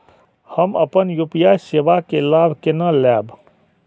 हम अपन यू.पी.आई सेवा के लाभ केना लैब?